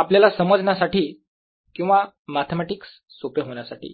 आपल्याला समजण्यासाठी किंवा मॅथेमॅटिक्स सोपे होण्यासाठी